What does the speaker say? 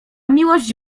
miłość